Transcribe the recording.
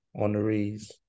honorees